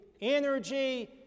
energy